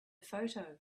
photo